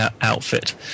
outfit